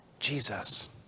Jesus